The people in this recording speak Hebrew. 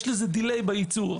יש לזה דיליי בייצור.